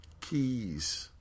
Keys